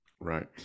Right